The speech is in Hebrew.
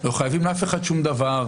לא חייבים לאף אחד שום דבר,